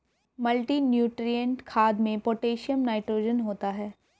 multinutrient खाद में potassium nitrogen होता है